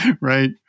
Right